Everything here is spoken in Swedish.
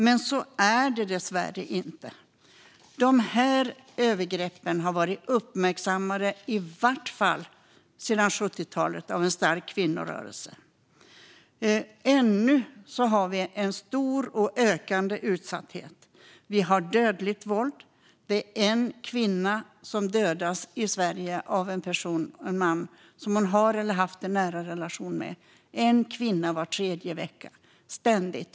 Men så är det dessvärre inte. Övergreppen har uppmärksammats av en stark kvinnorörelse sedan 70-talet, men fortfarande finns en stor och ökande utsatthet. Det dödliga våldet innebär att var tredje vecka dödas en kvinna i Sverige av en man som hon har eller har haft en nära relation med. En kvinna var tredje vecka - ständigt.